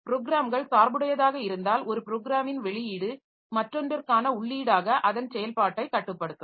ப்ரோக்ராம்கள் சார்புடையதாக இருந்தால் ஒரு ப்ரோக்ராமின் வெளியீடு மற்றொன்றுக்கான உள்ளீடாக அதன் செயல்பாட்டைக் கட்டுப்படுத்தும்